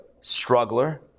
struggler